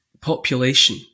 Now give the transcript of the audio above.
population